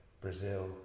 Brazil